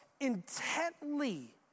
Intently